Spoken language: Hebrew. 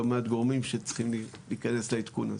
מעט גורמים שצריכים להיכנס לעדכון הזה.